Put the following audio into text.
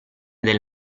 del